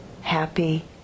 happy